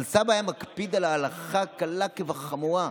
אבל סבא היה מקפיד על ההלכה קלה כבחמורה,